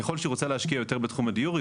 ככל שהיא רוצה להשקיע יותר בתחום הדיור,